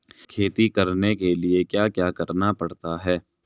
खेती करने के लिए क्या क्या करना पड़ता है?